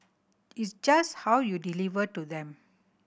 it's just how you deliver to them